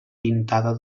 pintada